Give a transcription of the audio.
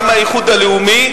גם מהאיחוד הלאומי,